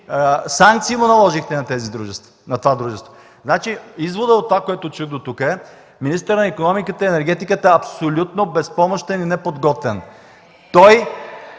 санкции наложихте на това дружество? Изводът от това, което чух дотук, е, че министърът на икономиката и енергетиката е абсолютно безпомощен и неподготвен. Той